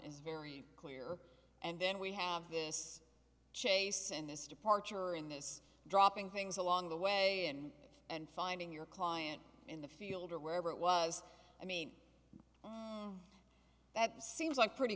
is very clear and then we have this chase and this departure in this dropping things along the way in and finding your client in the field or wherever it was i mean that seems like pretty